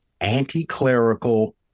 anti-clerical